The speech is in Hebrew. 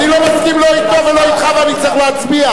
אני לא מסכים לא אתו ולא אתך, ואני צריך להצביע.